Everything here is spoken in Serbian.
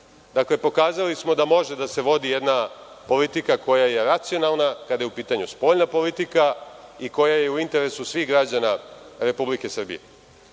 odnose. Dakle, pokazali smo da može da se vodi jedna politika koja je racionalna kada je u pitanju spoljna politika i koja je u interesu svih građana RS.